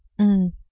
mm